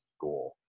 goal